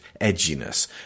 edginess